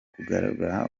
kugarura